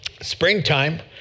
springtime